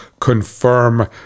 confirm